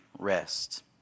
Rest